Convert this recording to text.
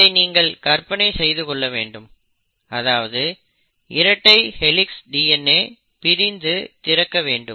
இதை நீங்கள் கற்பனை செய்து கொள்ளவேண்டும் அதாவது இரட்டை ஹெளிக்ஸ் DNA பிரிந்து திறக்கவேண்டும்